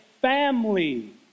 family